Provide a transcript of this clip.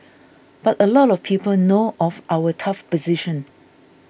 but a lot of people know of our tough position